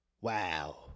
Wow